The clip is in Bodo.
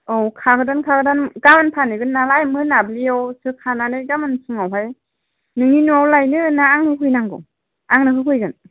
औ खागोदान खागोदान गाबोन फानहैगोन नालाय मोनाबिलियावसो खानानै गाबोन फुंआवहाय नोंनि न'आव लायनो ना आं होफैनांगौ आंनो होफैगोन